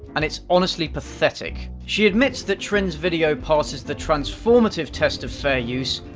and it's honestly pathetic. she admits that trin's video passes the transformative test of fair use,